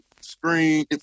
screen